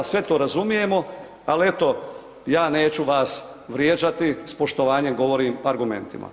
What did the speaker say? Sve to razumijemo, ali eto ja neću vas vrijeđati s poštovanjem govorim argumentima.